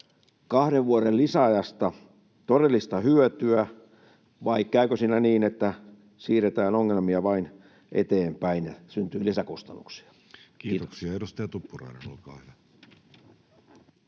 kahden vuoden lisäajasta todellista hyötyä vai käykö siinä niin, että siirretään ongelmia vain eteenpäin, että syntyy lisäkustannuksia? — Kiitos. Kiitoksia. — Edustaja Tuppurainen, olkaa hyvä.